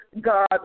God